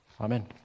Amen